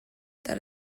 that